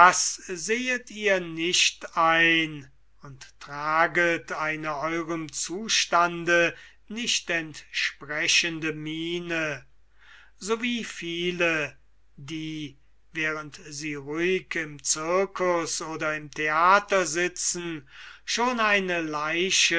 sehet ihr nicht ein und traget eine eurem zustande nicht entsprechende miene sowie viele die während sie ruhig im circus oder im theater sitzen schon eine leiche